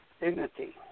Dignity